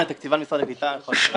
תקציבן משרד הקליטה יכול לענות.